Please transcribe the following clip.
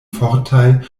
fortaj